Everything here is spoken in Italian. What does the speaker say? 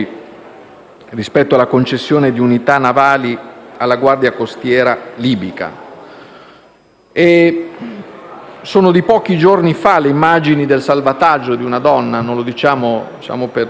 rispetto alla concessione di unità navali alla Guardia costiera libica. Sono di pochi giorni fa le immagini del salvataggio di una donna - non lo diciamo in